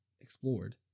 explored